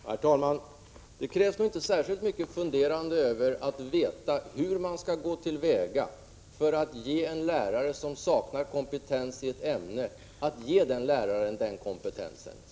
Herr talman! Det krävs inte särskilt mycket funderande för att ta reda på hur man skall gå till väga för att ge en lärare den kompetens han saknar i ett ämne.